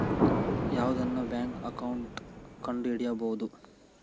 ಯಾವ್ದನ bank account ಕಂಡುಹಿಡಿಬೋದು